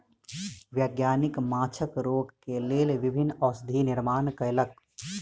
वैज्ञानिक माँछक रोग के लेल विभिन्न औषधि निर्माण कयलक